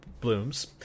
blooms